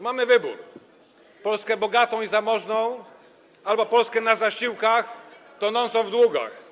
Mamy wybór: Polskę bogatą i zamożną albo Polskę na zasiłkach, tonącą w długach.